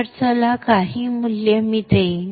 तर चला मी काही मूल्ये देईन